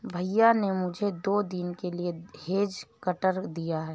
भैया ने मुझे दो दिन के लिए हेज कटर दिया है